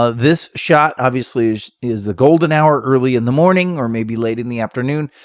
ah this shot obviously is is the golden hour, early in the morning, or maybe late in the afternoon.